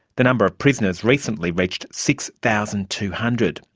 the number of prisoners recently reached six thousand two hundred.